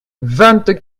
vingt